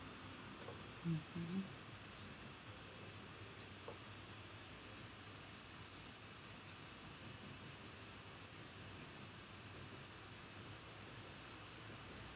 mmhmm